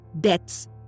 debts